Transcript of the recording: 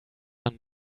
are